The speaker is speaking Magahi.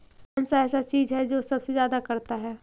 कौन सा ऐसा चीज है जो सबसे ज्यादा करता है?